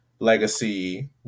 Legacy